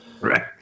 Right